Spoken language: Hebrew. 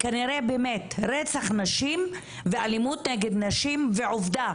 כנראה באמת רצח נשים ואלימות נגד נשים, ועובדה